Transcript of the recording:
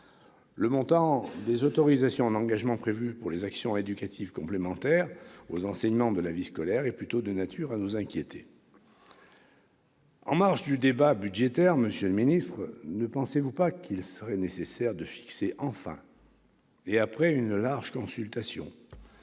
Le montant des autorisations d'engagement prévues pour les actions éducatives complémentaires aux enseignements et pour la vie scolaire est plutôt de nature à nous inquiéter. En marge du débat budgétaire, monsieur le ministre, ne pensez-vous pas qu'il serait nécessaire de fixer enfin, après une large consultation,